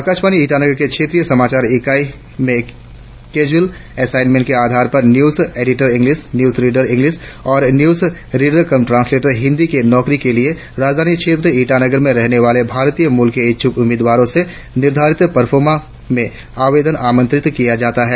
आकाशवानी ईटानगर के क्षेत्रीय समाचार इकाई में कैज़ुल असाइनमेंट के आधार पर news editor English news reader English और news reader cum translator Hindi की नौकरी के लिए राजधानी क्षेत्र ईटानगर में रहने वाले भारतीय मूल के इच्छूक उम्मीदवारों से निर्धारित प्रोफार्मा में आवेदन आमंत्रित किए जाते है